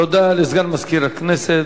תודה לסגן מזכיר הכנסת.